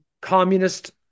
communist